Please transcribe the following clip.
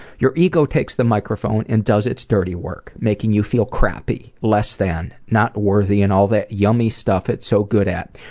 your ego takes the microphone and does its dirty work, making you feel crappy, less than, not worthy and all that yummy stuff it's so good at.